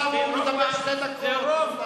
השר ארדן.